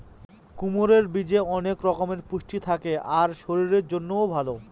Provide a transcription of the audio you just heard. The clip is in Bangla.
কুমড়োর বীজে অনেক রকমের পুষ্টি থাকে আর শরীরের জন্যও ভালো